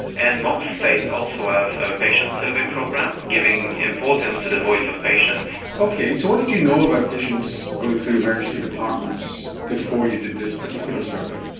and most states also have a patient survey program, giving importance to the voice of patients. okay, so what did you know about patients going through emergency departments before you did this particular survey?